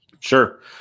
Sure